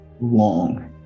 long